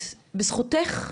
בזכותך,